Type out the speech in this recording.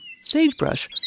Sagebrush